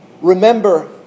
Remember